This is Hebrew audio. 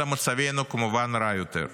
אלא שמצבנו, כמובן, רע יותר.